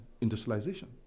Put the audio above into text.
industrialization